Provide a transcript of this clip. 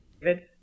david